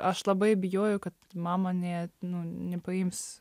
aš labai bijojau kad mama ne nu nepaims